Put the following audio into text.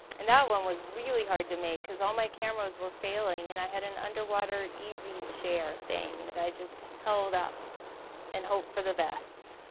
and that one was really hard to make cause all my cameras were failing and i had an underwater easyshare thing that i just held up and hoped for the best.